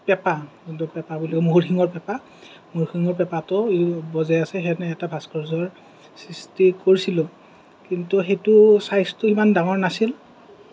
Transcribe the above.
পেপাঁ যোনটো পেপাঁ বুলি মহৰ শিঙৰ পেপাঁ মহৰ শিঙৰ পেপাঁটো বজাই আছে সেনে এটা ভাস্কৰ্য্য়ৰ সৃষ্টি কৰিছিলোঁ কিন্তু সেইটো ছাইজটো সিমান ডাঙৰ নাছিল